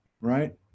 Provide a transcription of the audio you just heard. right